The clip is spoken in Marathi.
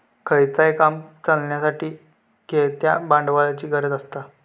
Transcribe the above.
खयचाय काम चलाच्यासाठी खेळत्या भांडवलाची गरज आसता